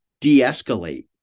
de-escalate